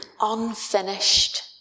unfinished